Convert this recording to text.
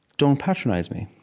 don't patronize me.